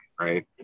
right